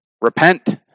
repent